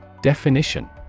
Definition